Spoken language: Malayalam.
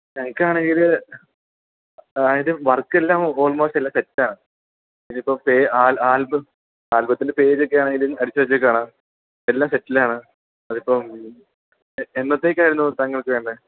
എനിക്കാണെങ്കിൽ അതായത് വർക്കെല്ലാം ഓൾമോസ്റ്റ് എല്ലാം സെറ്റാണ് പിന്നെ ഇപ്പോൾ പേ ആൽബം അൽബത്തിൻ്റെ പേരൊക്കെയാണെങ്കിലും അടിച്ചുവച്ചേക്കുവാണ് എല്ലാം സെറ്റിലാണ് അതിപ്പോൾ എന്നത്തേക്കായിരുന്നു താങ്കൾക്ക് വേണ്ടത്